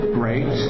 great